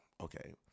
okay